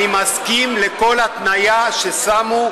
אני מסכים לכל התניה ששמו.